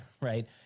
right